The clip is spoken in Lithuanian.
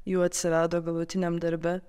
jų atsirado galutiniam darbe